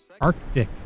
Arctic